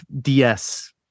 DS